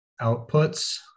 outputs